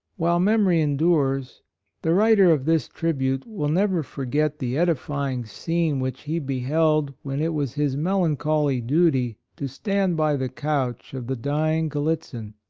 while memory endures the writer of this tribute, will never forget the edifying scene which he beheld when it was his melancholy duty to stand by the couch of the dying gal litzin,